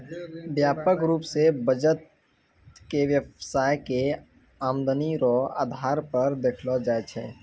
व्यापक रूप से बचत के व्यवसाय के आमदनी रो आधार पर देखलो जाय छै